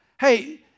Hey